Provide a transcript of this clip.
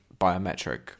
biometric